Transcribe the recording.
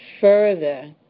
further